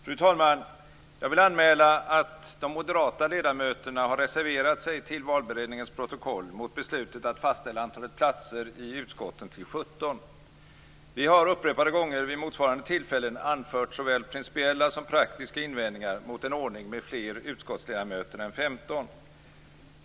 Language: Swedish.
Fru talman! Jag vill anmäla att de moderata ledamöterna har reserverat sig till valberedningens protokoll mot beslutet att fastställa antalet platser i utskotten till 17. Vi har upprepade gånger vid motsvarande tillfällen anfört såväl principiella som praktiska invändningar mot en ordning med fler utskottsledamöter än 15.